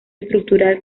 estructural